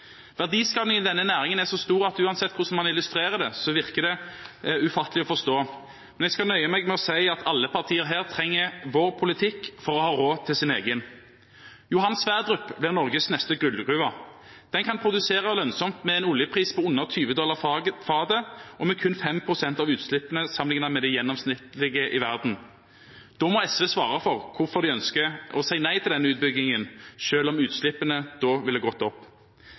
i denne næringen er så stor at uansett hvordan man illustrerer det, virker det ufattelig å forstå. Jeg skal nøye meg med å si at alle partier her trenger vår politikk for å ha råd til sin egen. Johan Sverdrup-feltet blir Norges neste gullgruve. Det kan produsere lønnsomt med en oljepris på under 20 dollar fatet og med kun 5 pst. av utslippene sammenlignet med gjennomsnittet i verden. Da må SV svare for hvorfor de ønsker å si nei til denne utbyggingen, selv om utslippene ville gått opp.